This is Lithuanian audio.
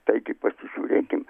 taigi pasižiūrėkim